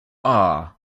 are